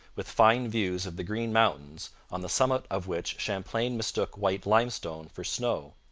with fine views of the green mountains, on the summit of which champlain mistook white limestone for snow.